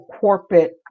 corporate